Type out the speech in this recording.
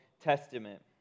Testament